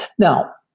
now,